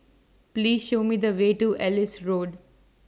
Please Show Me The Way to Ellis Road